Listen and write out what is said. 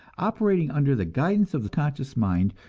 operating under the guidance of the conscious mind,